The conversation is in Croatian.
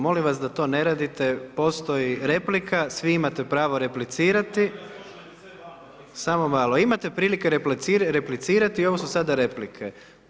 Molim vas da to ne radite, postoji replika, svi imate pravo replicirati. … [[Upadica se ne čuje.]] Samo malo, imate pravo replicirati, ovo su sada replike.